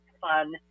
fun